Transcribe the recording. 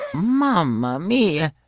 mama mia